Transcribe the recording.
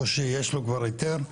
או שיש לו כבר היתר?